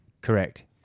Correct